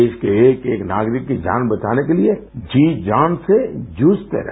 देश के एक एक नागरिक की जान बचाने के लिए जी जान से जूझते रहे